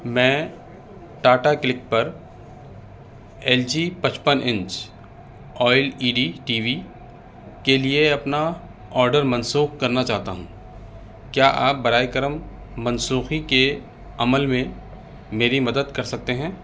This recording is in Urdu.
میں ٹاٹا کلک پر ایل جی پچپن inch O L E D T V کے لیے اپنا آڈر منسوخ کرنا چاہتا ہوں کیا آپ برائے کرم منسوخی کے عمل میں میری مدد کر سکتے ہیں